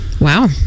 Wow